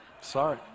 sorry